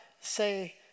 say